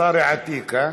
מצארי עתיקא.